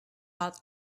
out